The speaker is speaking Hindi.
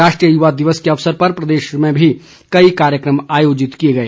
राष्ट्रीय युवा दिवस के अवसर पर प्रदेश में भी कई कार्यक्रम आयोजित किए गए